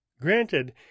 Granted